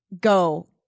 go